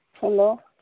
hello